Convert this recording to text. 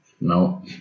No